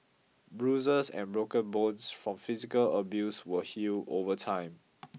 bruises and broken bones from physical abuse will heal over time